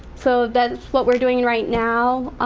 so that's what we're doing right now,